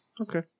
Okay